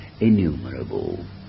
innumerable